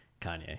kanye